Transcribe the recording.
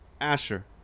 Asher